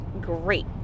great